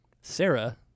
Sarah